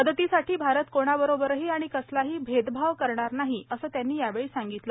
मदतीसाठी भारत कोणाबरोबरंही आणि कसलाही भेदभाव करणार नाही असे त्यांनी यावेळी संगितले